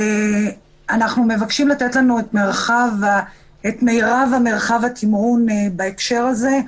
אנחנו מבקשים לתת לנו את מרב מרחב התמרון בהקשר הזה.